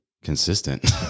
consistent